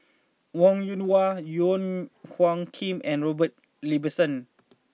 Wong Yoon Wah Wong Hung Khim and Robert Ibbetson